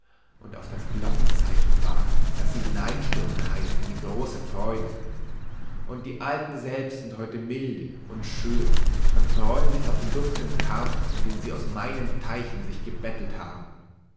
und auf das glockenzeichen warten das sie hineinstürmen heißt in die große freude und die alten selbst sind heute milde und schön und freuen sich auf den duftenden karpfen den sie aus meinen teichen sich gebettelt haben